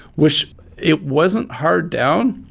which it wasn't hard down.